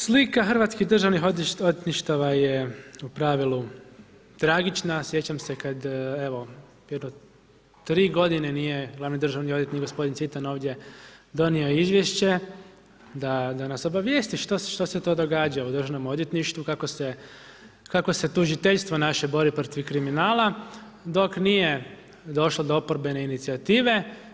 Slika hrvatskih državnih odvjetništava je u pravilu tragična, sjećam se kada evo 3 g. nije glavni državni odvjetnik gospodin Cvitan ovdje donio izvješće, da nas obavijesti, što se to događa u Državnom odvjetništvu, kako se tužiteljstvo naše bori protiv kriminala, dok nije došlo do oporbene inicijative.